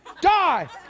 die